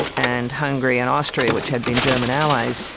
and hungary and austria, which had been german allies,